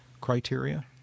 criteria